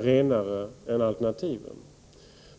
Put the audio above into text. renare än alternativen.